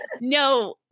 no